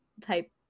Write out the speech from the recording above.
type